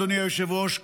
אדוני היושב-ראש,